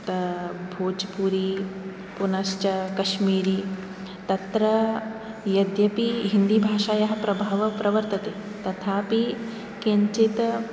भोज्पुरी पुनश्च कश्मीरी तत्र यद्यपि हिन्दीभाषायाः प्रभावः प्रवर्तते तथापि किञ्चित्